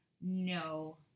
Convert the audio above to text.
no